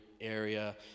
area